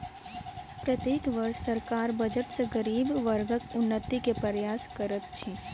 प्रत्येक वर्ष सरकार बजट सॅ गरीब वर्गक उन्नति के प्रयास करैत अछि